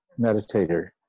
meditator